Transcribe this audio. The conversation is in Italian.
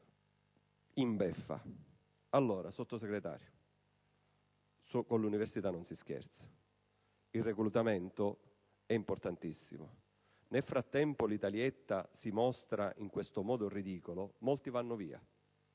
in beffa. Signor Sottosegretario, con l'università non si scherza. Il reclutamento è importantissimo e mentre l'Italietta si mostra in questo modo ridicolo, molti vanno via